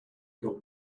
got